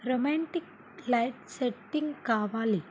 romantic light setting కావాలి